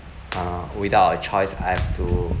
uh without a choice I have to